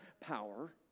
power